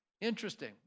Interesting